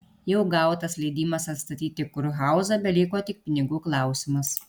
jau gautas leidimas atstatyti kurhauzą beliko tik pinigų klausimas